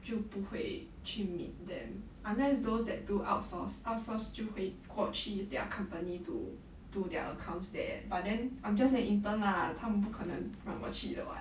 but 就不会去 meet them unless those that do outsource outsource 就会过去 their company to do their accounts there but then I'm just an intern lah 他们不可能让我去的 [what]